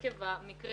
עקב המקרה